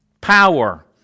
power